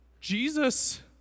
Jesus